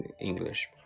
English